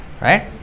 right